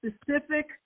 specific